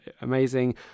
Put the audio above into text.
amazing